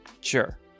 Sure